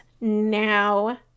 now